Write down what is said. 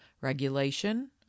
regulation